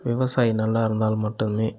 விவசாயி நல்லா இருந்தால் மட்டுமே